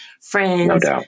friends